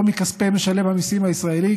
לא מכספי משלם המיסים הישראלי,